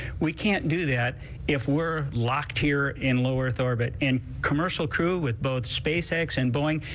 we can't do that if we're locked here in low earth orbit and commercial crew with both space x and boeing.